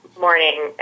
morning